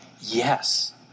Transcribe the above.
Yes